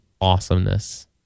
awesomeness